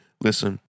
Listen